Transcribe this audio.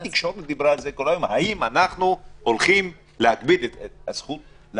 התקשורת דיברה על זה כל היום: האם אנחנו הולכים להגביל את הזכות להפגין?